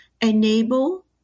enable